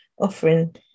offering